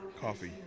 coffee